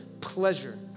pleasure